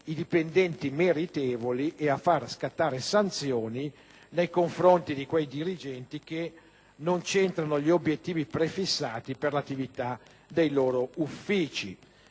i dipendenti meritevoli e a far scattare sanzioni nei confronti di quei dirigenti che non c'entrano gli obiettivi prefissati per l'attività dei loro uffici,